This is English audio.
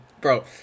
bro